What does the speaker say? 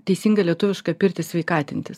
teisingą lietuvišką pirtį sveikatintis